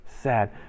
sad